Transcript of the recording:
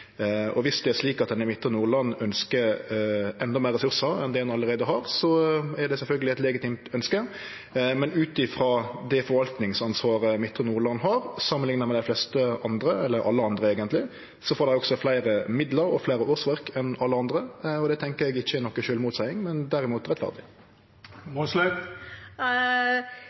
Viss det er slik at ein i Midtre Nordland ønskjer endå meir resursar enn det ein allereie har, er det sjølvsagt eit legitimt ønske. Men ut frå det forvaltingsansvaret Midtre Nordland har, samanlikna med dei fleste andre – eller alle andre, eigentleg – får dei også fleire midlar og fleire årsverk enn alle andre. Det tenkjer eg ikkje er ei sjølvmotseiing, men derimot